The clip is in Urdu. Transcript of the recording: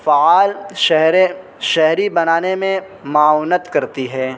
فعال شہری شہری بنانے میں معاونت کرتی ہیں